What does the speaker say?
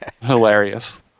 hilarious